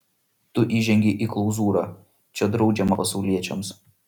tu įžengei į klauzūrą čia draudžiama pasauliečiams